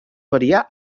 variar